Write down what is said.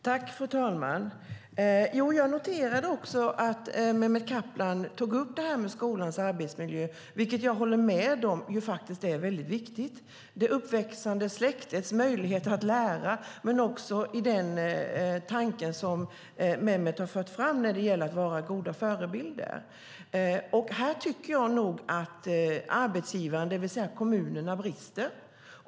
Fru talman! Jag noterade också att Mehmet Kaplan tog upp skolans arbetsmiljö. Jag håller med om att det är mycket viktigt. Det handlar om det uppväxande släktets möjligheter att lära men också den tanke som Mehmet Kaplan har fört fram när det gäller att vara goda förebilder. Här tycker jag att arbetsgivaren, det vill säga kommunerna, brister.